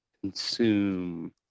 consume